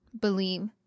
believe